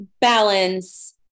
balance